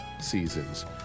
seasons